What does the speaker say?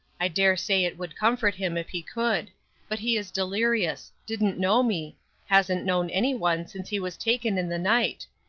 i dare say it would comfort him if he could but he is delirious didn't know me hasn't known any one since he was taken in the night.